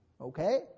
Okay